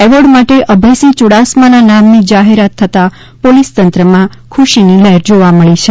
award માટે અભય સિંહ યુડાસમાના નામની જાહેરાત થતાં પોલિસ તંત્રમાં ખુશીની લહેર જોવા મળે છે